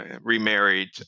remarried